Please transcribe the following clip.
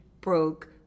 broke